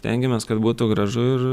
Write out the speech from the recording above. stengiamės kad būtų gražu ir